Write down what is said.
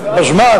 בזמן,